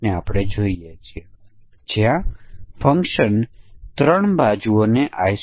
હવે આપણે વિશેષ મૂલ્ય પરીક્ષણ જોઈએ